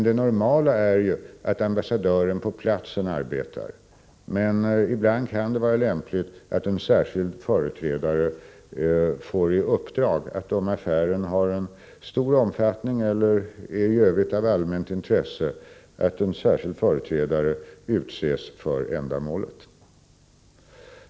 Det normala är att ambassadören på platsen handhar uppgiften, men det kan ibland — om affären har en stor Om BPA:s affärer i omfattning eller i övrigt är av allmänt intresse — vara lämpligt att en särskild Algeriet företrädare utses.